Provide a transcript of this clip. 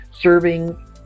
serving